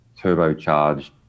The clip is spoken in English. turbocharged